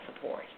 support